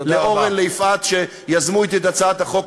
לאורן, ליפעת, שיזמו אתי את הצעת החוק.